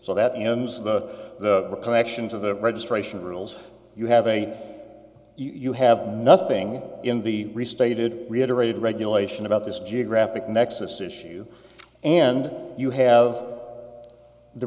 so that ends the connection to the registration rules you have a you have nothing in the restated reiterated regulation about this geographic nexus issue and you have the